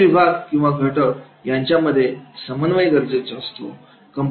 असे विभाग किंवा घटक यांच्यामध्ये समन्वय गरजेचा असतो